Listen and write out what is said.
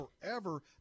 forever